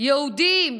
יהודים,